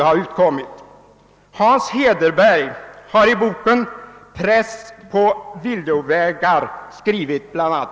Hans Hederberg har i boken »Press på villovägar» skrivit bla.